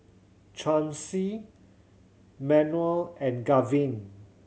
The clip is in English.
Chauncey Manuel and Gavin